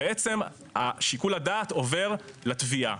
בעצם שיקול הדעת עובר לתביעה.